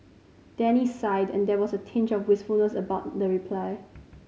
Danny sighed and there was a tinge of wistfulness about the reply